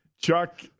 Chuck